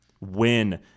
win